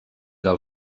del